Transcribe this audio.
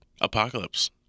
Apocalypse